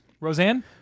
Roseanne